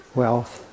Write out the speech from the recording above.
wealth